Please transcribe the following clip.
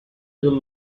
ihre